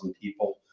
people